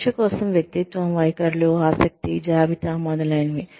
పరీక్ష కోసం వ్యక్తిత్వం వైఖరులు ఆసక్తి జాబితా మొదలైనవి